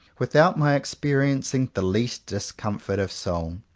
without my experiencing the least discom fort of soul.